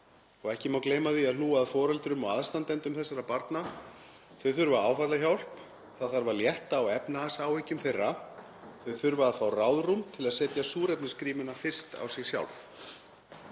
Og ekki má gleyma því að hlúa að foreldrum og aðstandendum þessara barna. Þau þurfa áfallahjálp, það þarf að létta á efnahagsáhyggjum þeirra, þau þurfa að fá ráðrúm til að setja súrefnisgrímuna fyrst á sig sjálf.